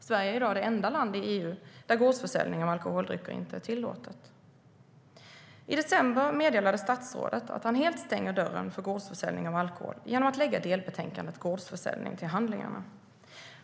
Sverige är i dag det enda land i EU där gårdsförsäljning av alkoholdrycker inte är tillåtet. till handlingarna.